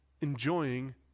enjoying